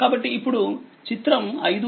కాబట్టి ఇప్పుడు చిత్రం 5